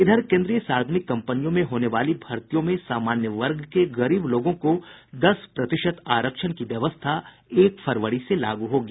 इधर केन्द्रीय सार्वजनिक कम्पनियों में होने वाली भर्त्तियों में सामान्य वर्ग के गरीब लोगों को दस प्रतिशत आरक्षण की व्यवस्था एक फरवरी से लागू होगी